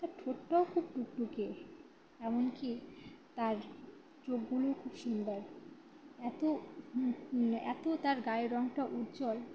তার ঠোঁটটাও খুব টুকটুকে এমনকি তার চোখগুলোও খুব সুন্দর এত এত তার গাায় রংটা উজ্জ্বল